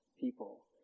people